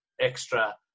extra